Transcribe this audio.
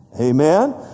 Amen